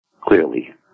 Clearly